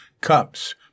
cups